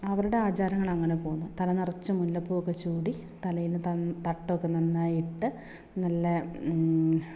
അവരുടെ ആചാരങ്ങൾ അങ്ങനെ പോകുന്നു തല നിറച്ചും മുല്ലപ്പൂ ഒക്കെ ചൂടി തലയിൽ തട്ടമൊക്കെ നന്നായ് ഇട്ട് നല്ല